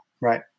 Right